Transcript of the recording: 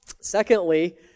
Secondly